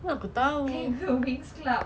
okay go winx club